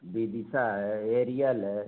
विदिसा है एरियल है